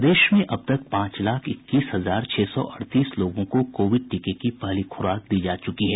प्रदेश में अब तक पांच लाख इक्कीस हजार छह सौ अड़तीस लोगों को कोविड टीके की पहली खुराक दी जा चुकी है